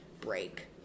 break